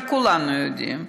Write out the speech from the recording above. אבל כולנו יודעים,